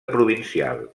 provincial